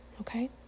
Okay